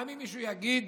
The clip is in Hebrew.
גם אם מישהו יגיד